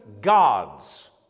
gods